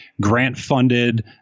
grant-funded